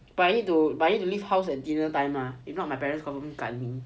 but I need to I need to live house at dinner time ah if not my parents confirm 赶 me